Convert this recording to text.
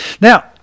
Now